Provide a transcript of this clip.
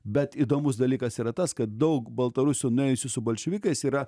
bet įdomus dalykas yra tas kad daug baltarusių nuėjusių su bolševikais yra